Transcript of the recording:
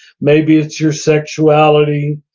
maybe it's your sexuality.